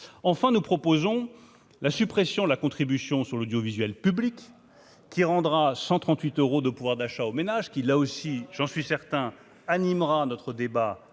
enfin, nous proposons la suppression de la contribution sur l'audiovisuel public qui rendra 138 euros de pouvoir d'achat aux ménages qui, là aussi, j'en suis certain animera notre débat